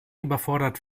überfordert